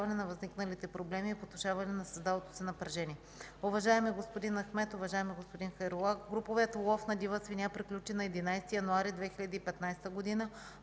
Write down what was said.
на възникналите проблеми и потушаване на създалото се напрежение. Уважаеми господин Ахмед, уважаеми господин Хайрула! Груповият лов на дива свиня приключи на 11 януари 2015 г., а